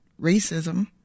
racism